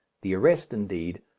the arrest indeed,